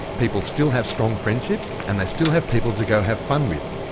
people still have strong friendships and they still have people to go have fun with.